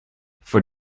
for